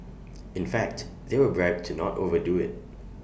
in fact they were bribed to not over do IT